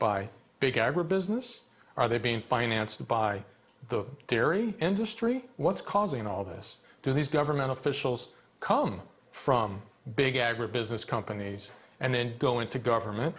by big agribusiness are they being financed by the dairy industry what's causing all this to these government officials come from big agribusiness companies and then going to government